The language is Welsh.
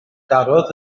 darodd